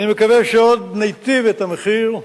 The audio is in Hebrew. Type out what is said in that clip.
אני מקווה שעוד ניטיב את המחיר,